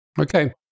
Okay